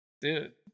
Dude